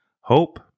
Hope